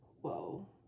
whoa